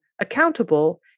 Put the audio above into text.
accountable